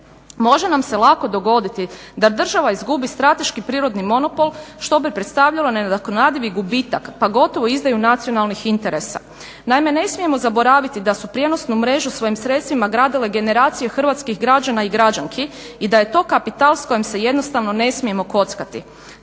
može nam se lako dogoditi da država izgubi strateški prirodni monopol što bi predstavljalo nenadoknadivi gubitak, pa gotovo izdaju nacionalnih interesa. Naime, ne smijemo zaboraviti da su prijenosnu mrežu svojim sredstvima gradile generacije hrvatskih građana i građanki i da je to kapital s kojim se jednostavno ne smijemo kockati.